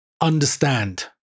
understand